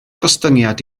gostyngiad